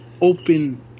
Open